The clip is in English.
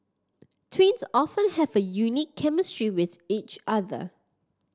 twins often have a unique chemistry with each other